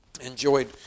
Enjoyed